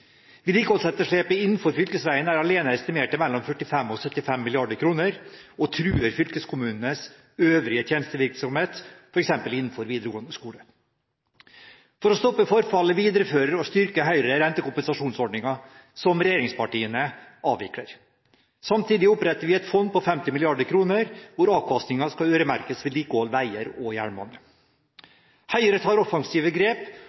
Vedlikeholdsetterslepet innenfor fylkesveiene er alene estimert til mellom 45 og 75 mrd. kr og truer fylkeskommunenes øvrige tjenestevirksomhet, f.eks. innenfor videregående skole. For å stoppe forfallet videfører og styrker Høyre rentekompensasjonsordningen, som regjeringspartiene avvikler. Samtidig oppretter vi et fond på 50 mrd. kr, hvor avkastningen skal øremerkes vedlikehold av veier og jernbane. Høyre tar offensive grep.